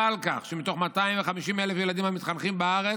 על כך שמתוך 250,000 ילדים המתחנכים בארץ,